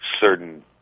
certain